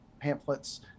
pamphlets